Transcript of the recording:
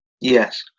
Yes